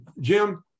Jim